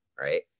right